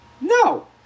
No